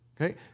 Okay